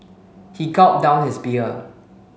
he gulped down his beer